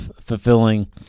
fulfilling